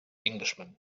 englishman